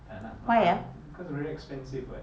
tak nak malas because very expensive [what]